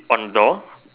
on the door